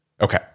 Okay